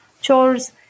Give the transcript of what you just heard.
chores